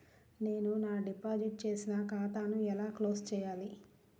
నేను నా డిపాజిట్ చేసిన ఖాతాను ఎలా క్లోజ్ చేయాలి?